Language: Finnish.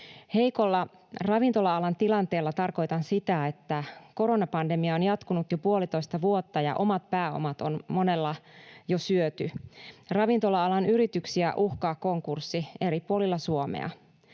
Heikolla ravintola-alan tilanteella tarkoitan sitä, että koronapandemia on jatkunut jo puolitoista vuotta ja omat pääomat on monella jo syöty. Ravintola-alan yrityksiä uhkaa konkurssi eri puolilla Suomea.